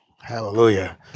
Hallelujah